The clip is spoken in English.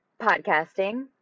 podcasting